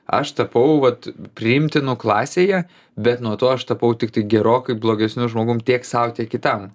aš tapau vat priimtinu klasėje bet nuo to aš tapau tiktai gerokai blogesniu žmogum tiek sau tiek kitam